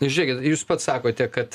žiūrėkit jūs pats sakote kad